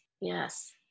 Yes